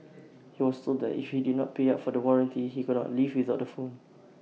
he was sold that if he did not pay up for the warranty he could not leave without the phone